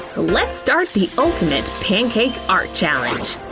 let's start the ultimate pancake art challenge!